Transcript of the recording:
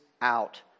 out